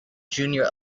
junior